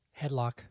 headlock